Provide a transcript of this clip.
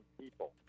people